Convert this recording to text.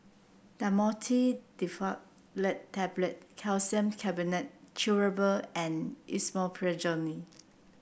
Dhamotil Diphenoxylate Tablets Calcium Carbonate Chewable and Esomeprazole